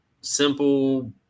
Simple